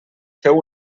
feu